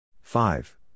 Five